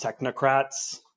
technocrats